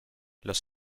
los